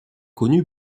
connu